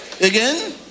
Again